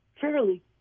fairly